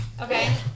Okay